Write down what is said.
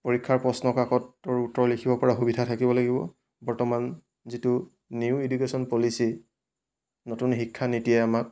পৰীক্ষাৰ প্ৰশ্নকাকতৰ উত্তৰ লিখিব পৰাৰ সুবিধা থাকিব লাগিব বৰ্তমান যিটো নিউ এডুকেশ্যন পলিচি নতুন শিক্ষা নীতিয়ে আমাক